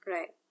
Right